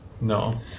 No